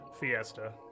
fiesta